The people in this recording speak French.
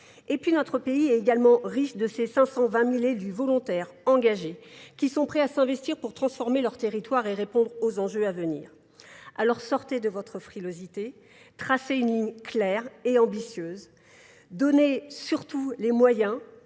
Et puis notre pays est également riche de ces 520 000 élus volontaires engagés qui sont prêts à s'investir pour transformer leur territoire et répondre aux enjeux à venir. Alors sortez de votre frilosité, tracez une ligne claire et ambitieuse, donnez surtout les moyens